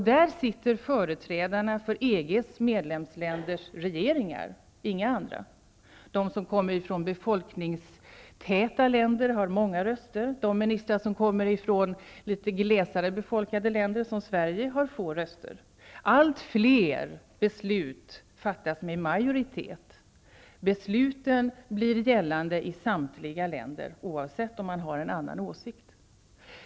Där sitter företrädarna för EG:s medlemsländers regeringar, inga andra. De som kommer från befolkningstäta länder har många röster, de ministrar som kommer från litet glesare befolkade länder, som Sverige, har få röster. Allt fler beslut fattas med majoritet. Besluten blir gällande i samtliga länder, oavsett om man har en annan åsikt.